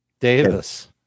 Davis